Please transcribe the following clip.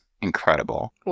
incredible